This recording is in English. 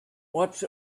watch